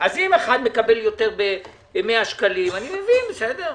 אחד מקבל יותר ב-100 שקלים, אני מבין, בסדר.